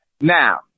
Now